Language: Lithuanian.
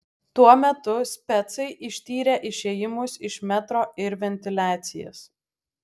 tuo metu specai ištyrė išėjimus iš metro ir ventiliacijas